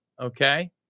okay